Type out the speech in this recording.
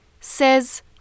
says